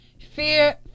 fear